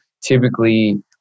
typically